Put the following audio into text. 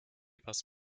bass